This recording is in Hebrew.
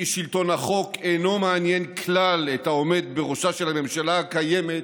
שלטון החוק אינו מעניין כלל את העומד בראשה של הממשלה הקיימת